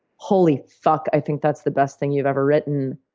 holy fuck, i think that's the best thing you've ever written,